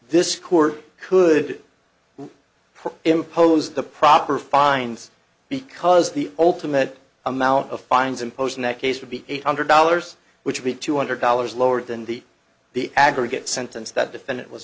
this court could impose the proper fines because the ultimate amount of fines imposed in that case would be eight hundred dollars which would be two hundred dollars lower than the the aggregate